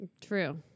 True